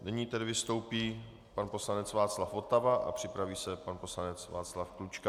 Nyní tedy vystoupí pan poslanec Václav Votava a připraví se pan poslanec Václav Klučka.